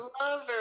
Lover